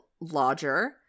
lodger